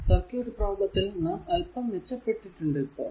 circuit പ്രോബ്ലെത്തിൽ നാം അല്പം മെച്ചപെട്ടിട്ടുണ്ട് ഇപ്പോൾ